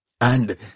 And